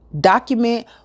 Document